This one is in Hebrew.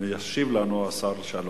וישיב לנו השר שלום